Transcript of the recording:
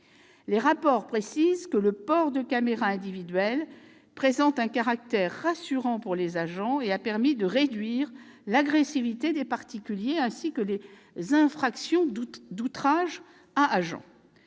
Les rapports précisent que le port de caméras individuelles présente un caractère rassurant pour les agents et a permis de réduire l'agressivité des particuliers, ainsi que les infractions d'outrage à agent.